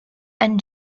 and